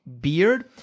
beard